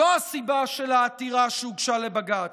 זו הסיבה של העתירה שהוגשה לבג"ץ,